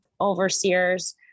overseers